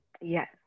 Yes